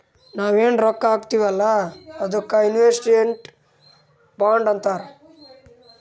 ನಾವ್ ಎನ್ ರೊಕ್ಕಾ ಹಾಕ್ತೀವ್ ಅಲ್ಲಾ ಅದ್ದುಕ್ ಇನ್ವೆಸ್ಟ್ಮೆಂಟ್ ಫಂಡ್ ಅಂತಾರ್